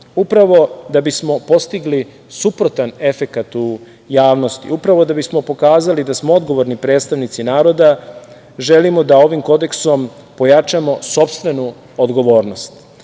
Upravo da bi smo postigli suprotan efekat u javnosti, upravo da bi smo pokazali da smo odgovorni predstavnici naroda, želimo da ovim Kodeksom pojačamo sopstvenu odgovornost. Upravo